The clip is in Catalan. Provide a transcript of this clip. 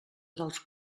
dels